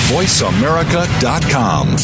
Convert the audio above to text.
VoiceAmerica.com